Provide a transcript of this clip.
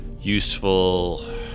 useful